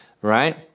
right